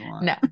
No